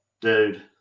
dude